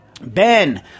Ben